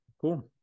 Cool